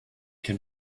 can